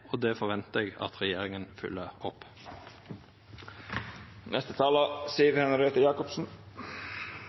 og det forventar eg at regjeringa følgjer opp.